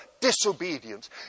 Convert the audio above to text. disobedience